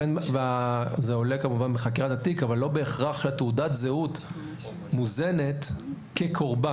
זה עולה כמובן בחקירת התיק אבל לא בהכרח שתעודת הזהות מוזנת כקורבן.